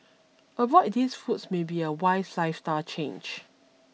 avoid these foods may be a wise lifestyle change